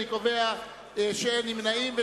אין נמנעים,